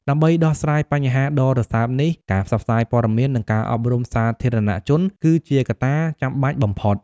ដើម្បីដោះស្រាយបញ្ហាដ៏រសើបនេះ ការផ្សព្វផ្សាយព័ត៌មាន និងការអប់រំសាធារណជនគឺជាកត្តាចាំបាច់បំផុត។